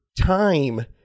time